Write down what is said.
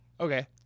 Okay